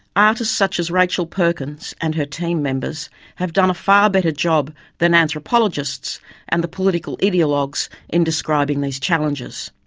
artists such as rachel perkins and her exceptional team members have done a far better job than anthropologists and the political ideologues in describing these challenges.